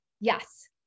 Yes